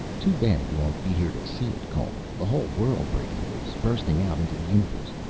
too bad you won't be here to see it, cole. a whole world breaking loose. bursting out into the universe.